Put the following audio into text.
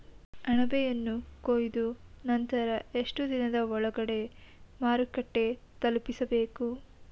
ಅಣಬೆಯನ್ನು ಕೊಯ್ದ ನಂತರ ಎಷ್ಟುದಿನದ ಒಳಗಡೆ ಮಾರುಕಟ್ಟೆ ತಲುಪಿಸಬೇಕು?